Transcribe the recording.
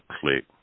Click